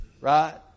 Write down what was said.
right